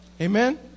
Amen